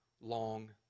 long